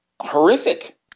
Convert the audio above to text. horrific